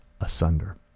asunder